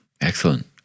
Excellent